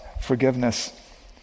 Forgiveness